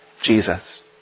Jesus